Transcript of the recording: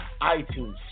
iTunes